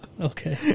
Okay